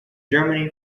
germany